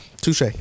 Touche